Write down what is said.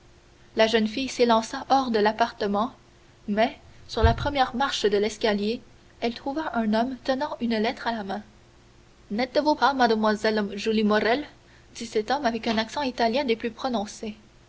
la jeune fille s'élança hors de l'appartement mais sur la première marche de l'escalier elle trouva un homme tenant une lettre à la main n'êtes-vous pas mademoiselle julie morrel dit cet homme avec un accent italien des plus prononcés